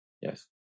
Yes